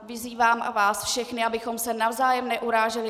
Vyzývám vás všechny, abychom se navzájem neuráželi.